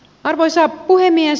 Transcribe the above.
arvoisa puhemies